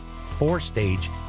four-stage